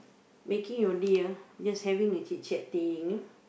making your day ah just having a chit chat thing you know